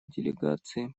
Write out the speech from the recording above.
делегации